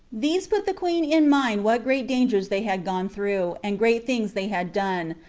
these put the queen in mind what great dangers they had gone through, and great things they had done,